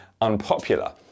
unpopular